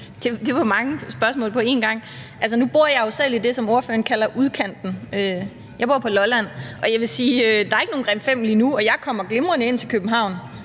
Det var mange spørgsmål på en gang. Altså, nu bor jeg jo selv i det, som spørgeren kalder udkanten. Jeg bor på Lolland, og jeg vil sige: Der er ikke nogen Ring 5 lige nu, og jeg kommer glimrende ind til København